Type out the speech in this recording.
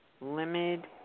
Limited